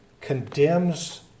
condemns